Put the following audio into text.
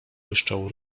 błyszczał